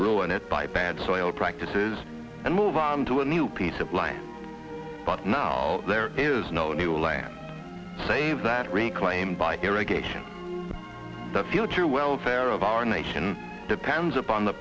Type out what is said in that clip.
ruin it by bad soil practices and move onto a new piece of land but now there is no new land save that reclaimed by irrigation the future welfare of our nation depends upon the